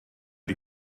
die